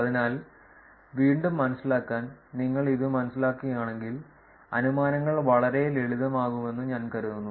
അതിനാൽ വീണ്ടും മനസ്സിലാക്കാൻ നിങ്ങൾ ഇത് മനസ്സിലാക്കുകയാണെങ്കിൽ അനുമാനങ്ങൾ വളരെ ലളിതമാകുമെന്ന് ഞാൻ കരുതുന്നു